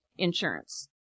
Insurance